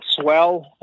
swell